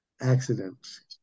accidents